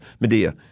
Medea